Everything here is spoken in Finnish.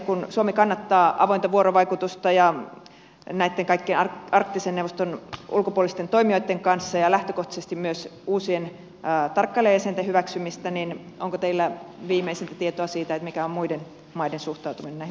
kun suomi kannattaa avointa vuorovaikutusta näitten kaikkien arktisen neuvoston ulkopuolisten toimijoitten kanssa ja lähtökohtaisesti myös uusien tarkkailijajäsenten hyväksymistä onko teillä viimeisintä tietoa siitä mikä on muiden maiden suhtautuminen näihin uusiin tarkkailijajäseniin